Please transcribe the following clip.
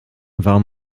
warum